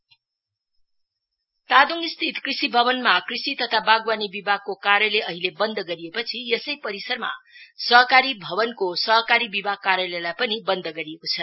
cooperation लक्ड तादोङस्थित कृषि भवनमा कृषि तथा बागवानी विभागको कार्यलय अहिले बन्द गरिएपछि यसै परिसरमा सहकारी भवनको सहकारी विभाग कार्यालयलाई पनि बन्द गरिएको छ